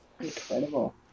Incredible